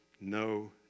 No